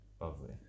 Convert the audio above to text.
Lovely